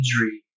injury